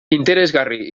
interesgarri